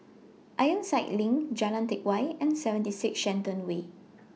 Ironside LINK Jalan Teck Whye and seventy six Shenton Way